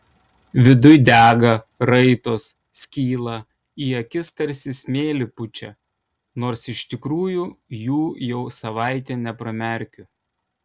viduj dega raitos skyla į akis tarsi smėlį pučia nors iš tikrųjų jų jau savaitė nepramerkiu